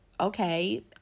okay